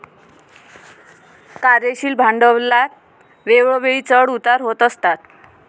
कार्यशील भांडवलात वेळोवेळी चढ उतार होत असतात